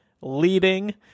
leading